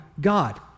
God